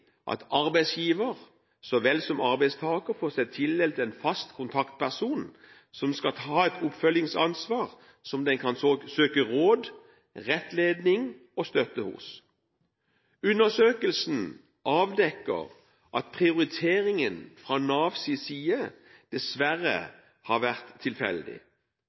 at arbeidsgiver så vel som arbeidstaker får seg tildelt en fast kontaktperson som skal ha et oppfølgingsansvar, og som en kan søke råd, rettledning og støtte hos. Undersøkelsen avdekker at prioriteringen fra Navs side dessverre har vært tilfeldig.